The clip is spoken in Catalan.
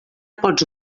pots